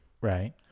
Right